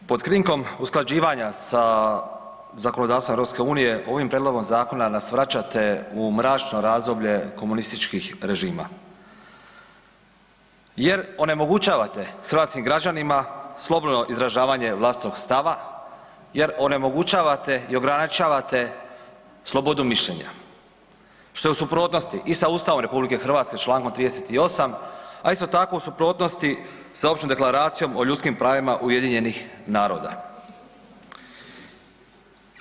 Pod krinkom usklađivanja sa zakonodavstvom EU, ovim prijedlogom zakona nas vraćate u mračno razdoblje komunističkih režima jer onemogućavate hrvatskim građanima slobodno izražavanje vlastitog stava, jer onemogućavate i ograničavate slobodu mišljenja, što je u suprotnosti i sa Ustavom RH s čl. 38, a isto tako u suprotnosti s Općom deklaracijom o ljudskim pravima UN-a.